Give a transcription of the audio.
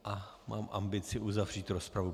A mám ambici uzavřít rozpravu.